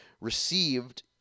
received